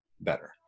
better